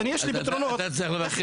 אז אתה צריך לבקש